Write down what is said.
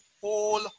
whole